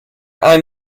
ein